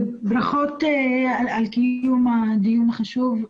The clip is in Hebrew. ברכות על קיום הדיון החשוב.